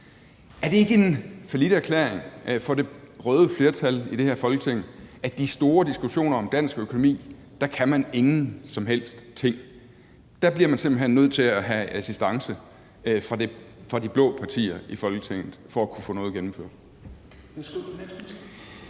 Er det ikke en falliterklæring for det røde flertal i det her Folketing, at i de store diskussioner om dansk økonomi kan man ingen som helst ting? Der bliver man simpelt hen nødt til at have assistance fra de blå partier i Folketinget for at kunne få noget gennemført.